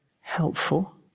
helpful